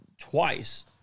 twice